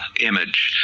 image,